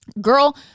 girl